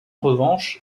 revanche